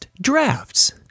Drafts